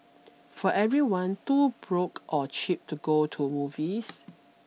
for everyone too broke or cheap to go to movies